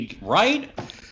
Right